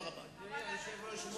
אדוני היושב-ראש,